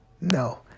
No